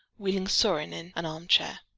wheeling sorin in an arm-chair.